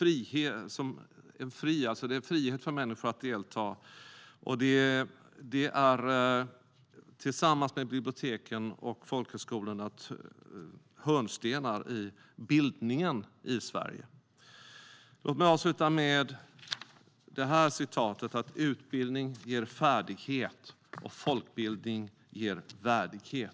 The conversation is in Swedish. Det är en frihet för människor att delta i studieförbunden, och tillsammans med biblioteken och folkhögskolorna är de hörnstenar i bildningen i Sverige. Låt mig avsluta med följande ord: Utbildning ger färdighet - folkbildning ger värdighet.